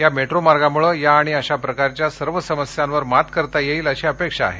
या मेट्रो मार्गामुळ या आणि अशा प्रकारच्या सर्व समस्यावर मात करता येईल अशी अपेक्षा आहे